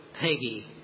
Peggy